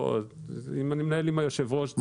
אני מנהל עם יושב הראש.